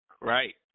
Right